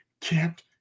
kept